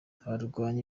abarwanyi